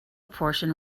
portion